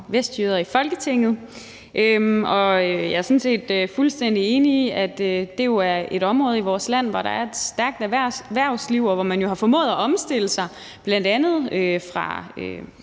vestjyder i Folketinget. Og jeg er sådan set fuldstændig enig i, at det jo er et område i vores land, hvor der er et stærkt erhvervsliv, og hvor man har formået at omstille sig, bl.a. rigtig meget fra